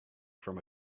from